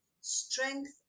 strength